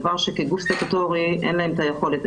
דבר שכגוף סטטוטורי אין להם את היכולת,